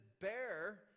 bear